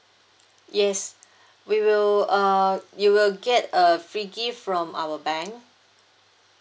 yes we will err you will get a free gift from our bank